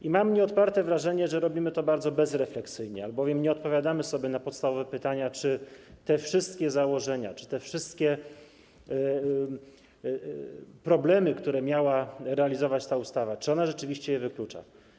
I mam nieodparte wrażenie, że robimy to bardzo bezrefleksyjnie, albowiem nie odpowiadamy sobie na podstawowe pytania, czy te wszystkie założenia, czy te wszystkie problemy, które miała realizować ta ustawa, czy ona rzeczywiście je wyklucza.